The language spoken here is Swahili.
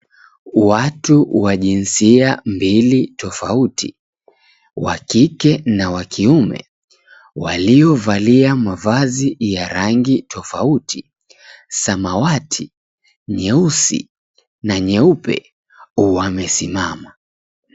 Watu wa jinsia mbili tofauti wa kike na wa kiume waliovalia mavazi ya rangi tofauti; samawati, nyeusi na nyeupe wamesimama.